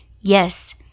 Yes